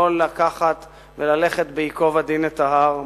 לא לקחת וללכת בייקוב הדין את ההר.